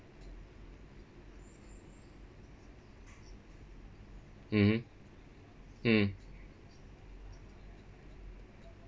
mmhmm mm